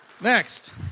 Next